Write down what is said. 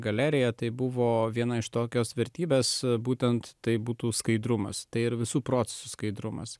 galeriją tai buvo viena iš tokios vertybės būtent taip būtų skaidrumas tai ir visų procesų skaidrumas